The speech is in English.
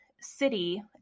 city